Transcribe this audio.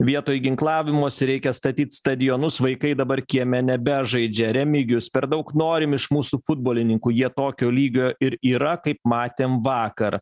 vietoj ginklavimosi reikia statyt stadionus vaikai dabar kieme nebežaidžia remigijus per daug norim iš mūsų futbolininkų jie tokio lygio ir yra kaip matėm vakar